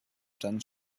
dann